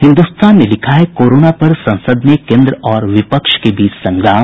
हिन्दुस्तान ने लिखा है कोरोना पर संसद में केंद्र और विपक्ष के बीच संग्राम